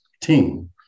team